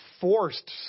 forced